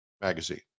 Magazine